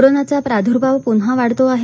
कोरोनाचा प्रादुर्भाव पुन्हा वाढतो आहे